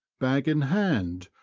bag in hand,